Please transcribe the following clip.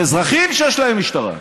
זה אזרחים שיש להם משטרה.